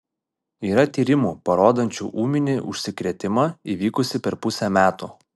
yra tyrimų parodančių ūminį užsikrėtimą įvykusį per pusę metų